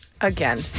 Again